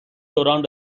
دوران